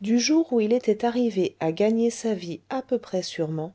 du jour où il était arrivé à gagner sa vie à peu près sûrement